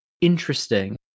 interesting